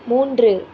மூன்று